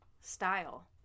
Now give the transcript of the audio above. style